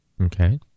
okay